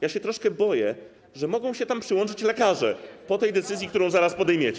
Ja się troszkę boję, że mogą się tam przyłączyć lekarze po tej decyzji, którą zaraz podejmiecie.